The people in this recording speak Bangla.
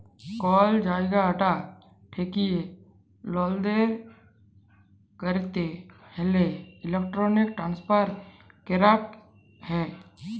কল জায়গা ঠেকিয়ে লালদেল ক্যরতে হ্যলে ইলেক্ট্রনিক ট্রান্সফার ক্যরাক হ্যয়